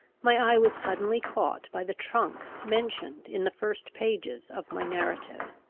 my eye was suddenly caught by the trunk mentioned in the first pages of my narrative.